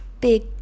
big